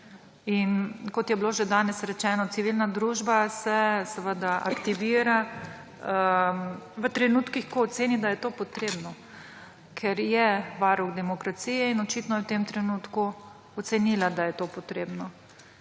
Kot je bilo že danes rečeno, civilna družba se aktivira v trenutkih, ko oceni, da je to potrebno, ker je varuh demokracije. In očitno je v tem trenutku ocenila, da je to potrebno.